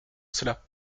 cela